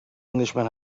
englishman